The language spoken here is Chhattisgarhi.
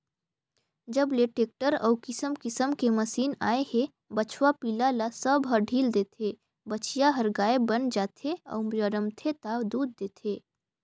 जब ले टेक्टर अउ किसम किसम के मसीन आए हे बछवा पिला ल सब ह ढ़ील देथे, बछिया हर गाय बयन जाथे अउ जनमथे ता दूद देथे